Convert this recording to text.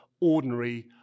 ordinary